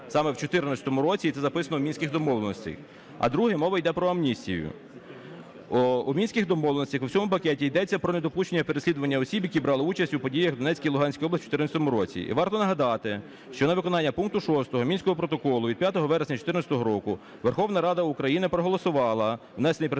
Верховна Рада України проголосувала внесений Президентом